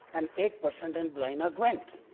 and eight per cent in blaenau gwent.